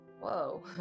whoa